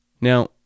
Now